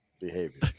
behavior